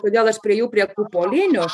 kodėl aš priėjau prie kupolinių